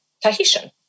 Tahitian